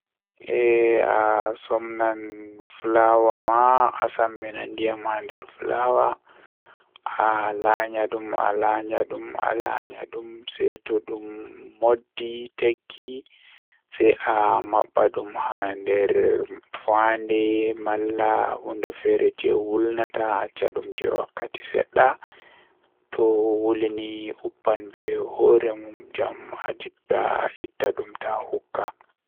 Eh asomnan flawa ma asammina ndiyam dow flawa alanya dum alanyadum seito dum moddi tekki sei amabba dum haa nder fande malla hunde feere jei wulnata a acca dum jei wakkati sedda to wuli ni uppan be hore mum jam ajippina dum taa hukka.